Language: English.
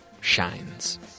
shines